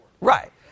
Right